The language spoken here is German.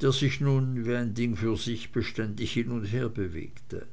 der sich nun wie ein ding für sich beständig hin und her bewegte